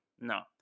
no